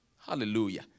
Hallelujah